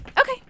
Okay